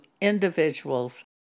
individuals